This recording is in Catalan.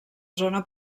zona